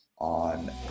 on